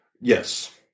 Yes